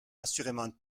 assurément